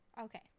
Okay